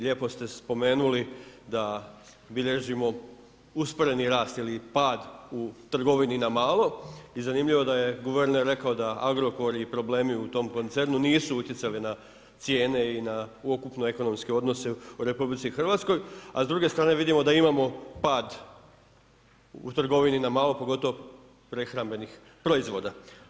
Lijepo ste spomenuli da bilježimo usporeni rast ili pad u trgovini na malo i zanimljivo da je guverner rekao da Agrokor i problemi u tom koncernu nisu utjecali na cijene i na ukupno ekonomske odnose u RH, a s druge strane vidimo da imamo pad u trgovini na malo, pogotovo prehrambenih proizvoda.